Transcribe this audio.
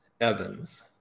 Evans